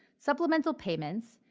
supplemental payments,